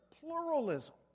pluralism